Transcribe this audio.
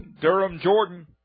Durham-Jordan